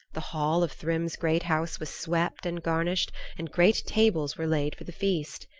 the hall of thrym's great house was swept and garnished and great tables were laid for the feast.